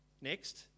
Next